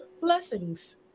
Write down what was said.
blessings